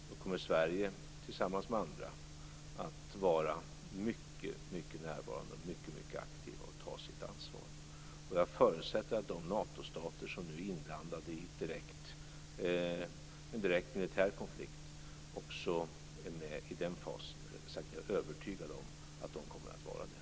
Då kommer Sverige, tillsammans med andra, att vara mycket närvarande, aktiv och ta sitt ansvar. Jag förutsätter att de Natostater som är inblandade i en direkt militär konflikt också är med i den fasen. Jag är övertygad om att de kommer att vara det.